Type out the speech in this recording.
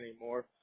anymore